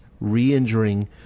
re-injuring